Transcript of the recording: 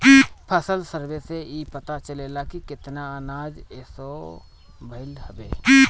फसल सर्वे से इ पता चलेला की केतना अनाज असो भईल हवे